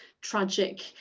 tragic